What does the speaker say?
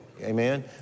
Amen